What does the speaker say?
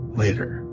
later